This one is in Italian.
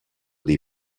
dei